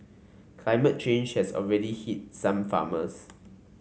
climate change has already hit some farmers